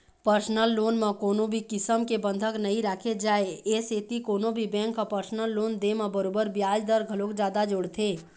personal loan म कोनो भी किसम के बंधक नइ राखे जाए ए सेती कोनो भी बेंक ह परसनल लोन दे म बरोबर बियाज दर घलोक जादा जोड़थे